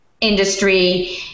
industry